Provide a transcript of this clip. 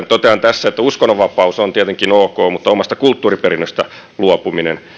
totean tässä että uskonnonvapaus on tietenkin ok mutta omasta kulttuuriperinnöstä luopuminen